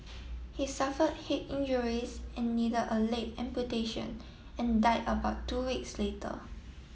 he suffered head injuries and needed a leg amputation and died about two weeks later